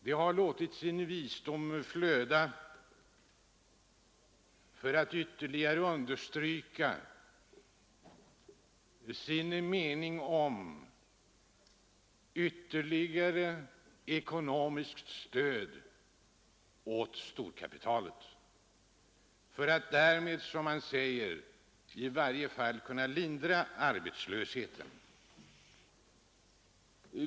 De har låtit sin visdom flöda för att understryka sin mening att ytterligare ekonomiskt stöd bör utgå till storkapitalet för att därmed, som det heter, i varje fall kunna lindra arbetslösheten.